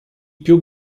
più